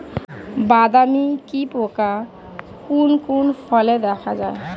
বাদামি কি পোকা কোন কোন ফলে দেখা যায়?